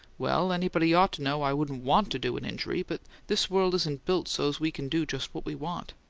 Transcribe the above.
well, anybody ought to know i wouldn't want to do an injury, but this world isn't built so't we can do just what we want.